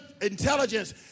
intelligence